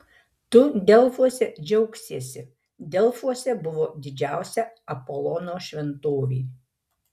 tu delfuose džiaugsiesi delfuose buvo didžiausia apolono šventovė